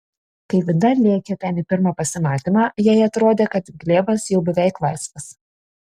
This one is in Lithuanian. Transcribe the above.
kai vida lėkė ten į pirmą pasimatymą jai atrodė kad glėbas jau beveik laisvas